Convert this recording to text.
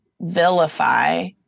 vilify